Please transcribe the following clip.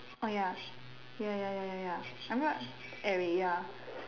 oh ya ya ya ya ya ya I mean what airy ya